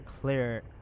clear